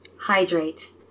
hydrate